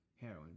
heroin